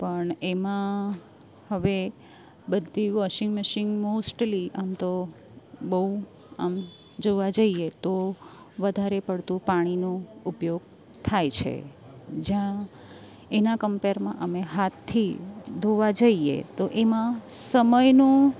પણ એમાં હવે બધી વોશિંગ મશીન મોસ્ટલી આમ તો બહુ આમ જોવા જઈએ તો વધારે પડતાં પાણીનો ઉપયોગ થાય છે જ્યાં એના કમ્પેરમાં અમે હાથથી ધોવા જઈએ તો એમાં સમયનો